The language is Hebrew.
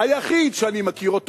היחיד שאני מכיר,